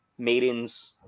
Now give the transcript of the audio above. maidens